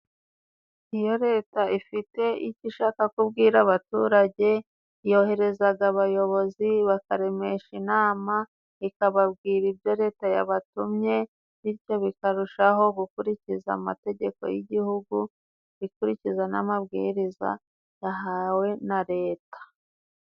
Iyo leta ifite icyo ishaka kubwira abaturage, yoherezaga abayobozi bakaremesha inama, ikababwira ibyo leta yabatumye. Bityo bikarushaho gukurikiza amategeko y'Igihugu, ikurikiza n'amabwiriza yahawe na leta.